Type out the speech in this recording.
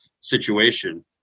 situation